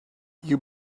you